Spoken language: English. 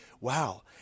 wow